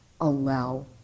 allow